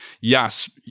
yes